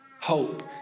hope